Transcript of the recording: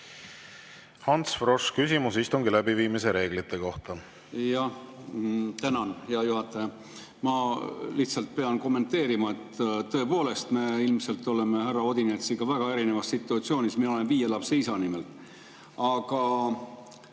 Ants Frosch, küsimus istungi läbiviimise reeglite kohta. Tänan, hea juhataja! Ma lihtsalt pean kommenteerima, et tõepoolest me ilmselt oleme härra Odinetsiga väga erinevas situatsioonis. Mina olen viie lapse isa nimelt. Aga